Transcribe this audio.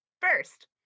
First